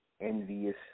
envious